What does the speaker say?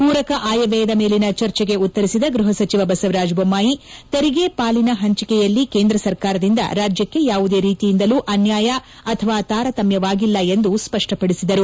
ಪೂರಕ ಆಯವ್ಯಯದ ಮೇಲಿನ ಚರ್ಚೆಗೆ ಉತ್ತರಿಸಿದ ಗೃಪ ಸಚಿವ ಬಸವರಾಜ ಬೊಮ್ಮಾಯಿ ತೆರಿಗೆ ಪಾಲಿನ ಪಂಚಿಕೆಯಲ್ಲಿ ಕೇಂದ್ರ ಸರ್ಕಾರದಿಂದ ರಾಜ್ಯಕ್ಕೆ ಯಾವುದೇ ರೀತಿಯಿಂದಲೂ ಅನ್ಯಾಯ ಅಥವಾ ತಾರತಮ್ಯವಾಗಿಲ್ಲ ಎಂದು ಸ್ಪಷ್ಟಪಡಿಸಿದರು